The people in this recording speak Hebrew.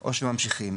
או שממשיכים.